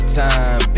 time